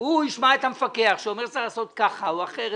הוא ישמע את המפקח שאומר שצריך לעשות כך או אחרת,